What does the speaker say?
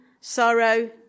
sorrow